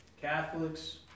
Catholics